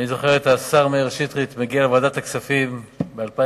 אני זוכר את השר מאיר שטרית מגיע לוועדת הכספים ב-2003,